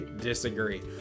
disagree